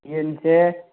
ꯌꯦꯟꯁꯦ